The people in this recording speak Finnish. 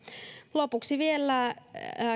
lopuksi vielä